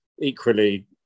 equally